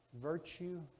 virtue